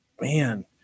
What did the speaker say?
Man